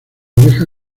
oreja